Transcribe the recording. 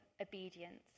obedience